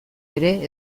ere